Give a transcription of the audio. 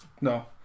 No